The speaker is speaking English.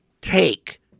take